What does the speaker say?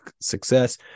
success